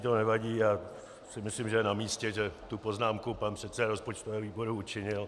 To nevadí, já si myslím, že je namístě, že tu poznámku pan předseda rozpočtového výboru učinil.